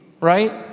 right